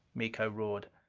miko roared.